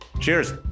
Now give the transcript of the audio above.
Cheers